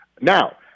Now